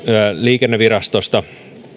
liikennevirastosta